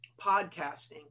podcasting